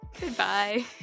goodbye